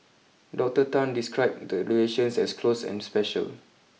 Doctor Tan described the relations as close and special